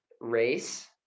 race